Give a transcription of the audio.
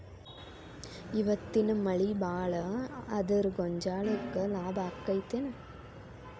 ಇವತ್ತಿನ ಮಳಿ ಭಾಳ ಆದರ ಗೊಂಜಾಳಕ್ಕ ಲಾಭ ಆಕ್ಕೆತಿ ಏನ್?